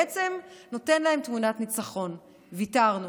זה בעצם נותן להם תמונת ניצחון: ויתרנו.